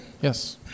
Yes